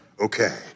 Okay